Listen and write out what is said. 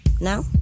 Now